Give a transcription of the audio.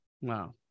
Wow